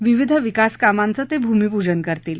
विविध विकास कामांच ते भूमिपूजन करतील